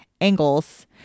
angles